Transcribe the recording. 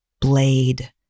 blade